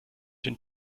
den